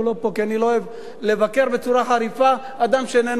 כי אני לא אוהב לבקר בצורה חריפה אדם שאיננו כאן,